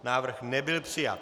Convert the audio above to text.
Návrh nebyl přijat.